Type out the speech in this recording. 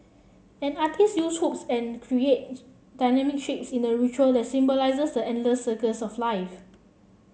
an artiste uses hoops and create dynamic shapes in a ritual that symbolises the endless circles of life